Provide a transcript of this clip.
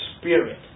spirit